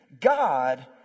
God